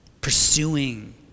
Pursuing